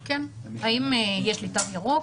האם יש לי תו ירוק.